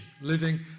living